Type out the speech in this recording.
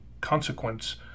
consequence